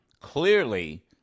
clearly